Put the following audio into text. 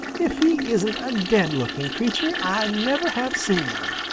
if he isn't a dead-looking creature, i never have seen one.